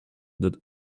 that